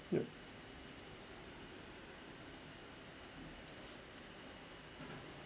yup